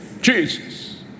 Jesus